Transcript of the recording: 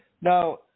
Now